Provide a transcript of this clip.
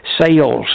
Sales